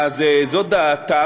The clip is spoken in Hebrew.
זו דעתם.